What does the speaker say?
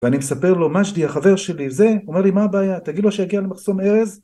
ואני מספר לו, מג'די, החבר שלי, זה, אומר לי, מה הבעיה, תגיד לו שיגיע למחסום ארז